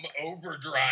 overdrive